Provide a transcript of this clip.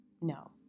No